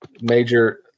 major